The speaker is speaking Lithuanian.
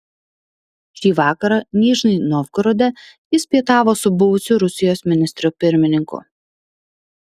šį vakarą nižnij novgorode jis pietavo su buvusiu rusijos ministru pirmininku